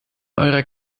eurer